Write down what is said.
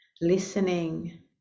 Listening